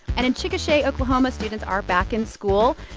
and in chickasha, okla, um students are back in school.